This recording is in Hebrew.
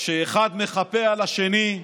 שאחד מחפה על השני,